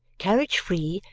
carriage free,